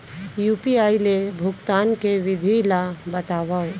UPI ले भुगतान के विधि ला बतावव